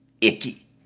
icky